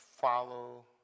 follow